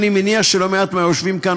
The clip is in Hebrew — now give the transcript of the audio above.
אני מניח שלא מעט מהיושבים כאן,